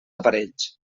aparells